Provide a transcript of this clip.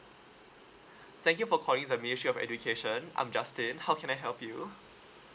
thank you for calling the ministry of education I'm justin how can I help you